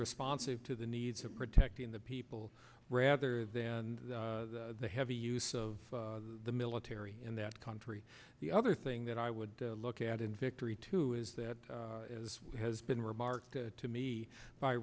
responsive to the needs of protecting the people rather than the heavy use of the military in that country the other thing that i would look at in victory too is that as has been remarked to me by